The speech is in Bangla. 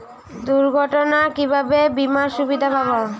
দুর্ঘটনায় কিভাবে বিমার সুবিধা পাব?